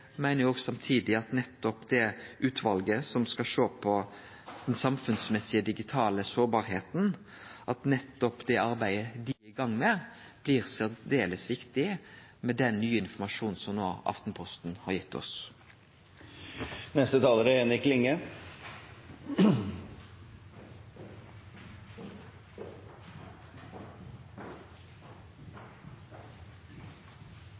samtidig at nettopp det utvalet som skal sjå på den samfunnsmessige digitale sårbarheita og det arbeidet dei er i gang med, blir særdeles viktig med den nye informasjonen som Aftenposten no har gitt oss.